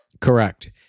Correct